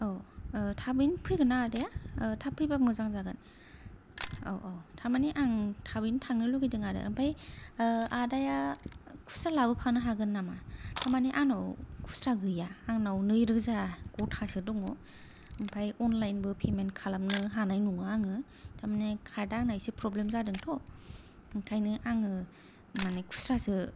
औ थाबैनो फैगोनना आदाया थाब फैबा मोजां जागोन औ औ थारमानि आं थाबैनो थांनो लुबैदोंआरो ओमफ्राय आदाया खुस्रा लाबो खानो हागोन नामा थारमानि आंनाव खुस्रा गैया आंनाव नै रोजा गथासो दङ ओमफ्राय अनलाइनबो पेमेन्ट खालामनो हानाय नङा आङो थारमानि कार्दआ आंना एसे प्रब्लेम जादोंथ' ओंखायनो आङो मानि खुस्रासो